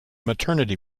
maternity